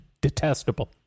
detestable